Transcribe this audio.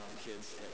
kids